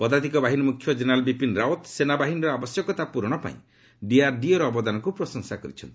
ପଦାତିକ ବାହିନୀ ମୁଖ୍ୟ ଜେନେରାଲ୍ ବିପିନ୍ ରାଓ୍ୱତ୍ ସେନାବାହିନୀର ଆବଶ୍ୟକତା ପ୍ରରଣ ପାଇଁ ଡିଆର୍ଡିଓର ଅବାଦନକୁ ପ୍ରଶଂସା କରିଛନ୍ତି